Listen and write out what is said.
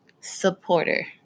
supporter